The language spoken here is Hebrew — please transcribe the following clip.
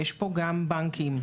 יש פה גם בנקים,